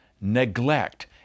neglect